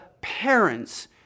parents